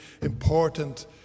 important